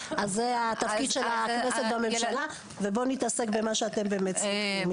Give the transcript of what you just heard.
אז זה התפקיד של הכנסת בממשלה ובוא נתעסק במה שאתם באמת צריכים,